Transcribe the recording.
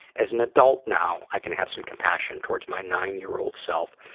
as an adult now, i can have some compassion towards my nine-year-old self,